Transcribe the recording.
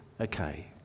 okay